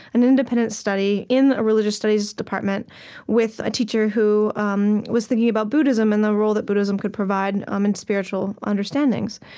an independent study in the religious studies department with a teacher who um was thinking about buddhism and the role that buddhism could provide um in spiritual understandings.